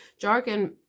Jargon